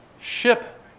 ship